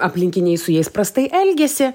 aplinkiniai su jais prastai elgiasi